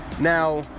Now